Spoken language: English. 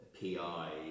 PI